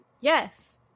Yes